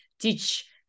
teach